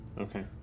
Okay